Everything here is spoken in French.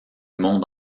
monde